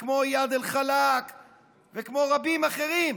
וכמו איאד אלחלאק וכמו רבים אחרים,